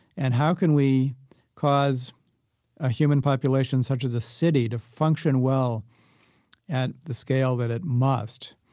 and how can we cause a human population such as a city to function well at the scale that it must?